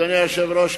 אדוני היושב-ראש,